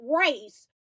race